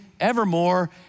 evermore